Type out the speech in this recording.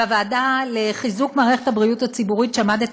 בוועדה לחיזוק מערכת הבריאות הציבורית שעמדתי